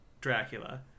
Dracula